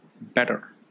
better